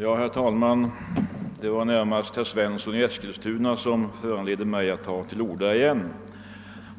Herr talman! Det är närmast herr Svensson i Eskilstuna som föranleder mig att på nytt ta till orda.